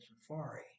safari